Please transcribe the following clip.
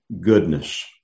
goodness